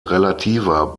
relativer